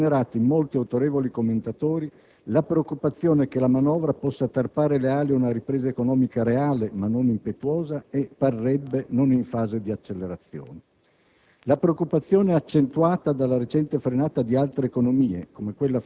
Questa previsione di entrate, insieme alle disposizioni della finanziaria, ha ingenerato in molti autorevoli commentatori la preoccupazione che la manovra possa tarpare le ali ad una ripresa economica reale, ma non impetuosa, e - parrebbe - non in fase di accelerazione.